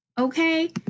Okay